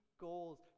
goals